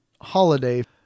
holiday